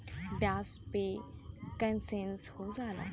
ब्याज पे कन्सेसन हो जाला